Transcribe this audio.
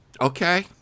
okay